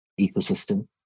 ecosystem